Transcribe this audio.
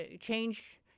change